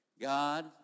God